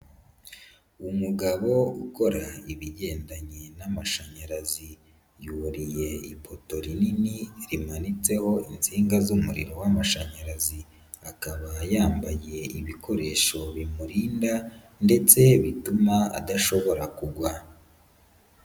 Umugabo ukora ibigendanye n'amashanyarazi yuriye ipoto rinini rimanitseho insinga z'umuriro w'amashanyarazi, akaba yambaye ibikoresho bimurinda ndetse bituma adashobora kugwa.